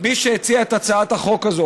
מי שהציע את הצעת החוק הזו,